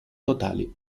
totali